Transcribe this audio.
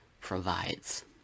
provides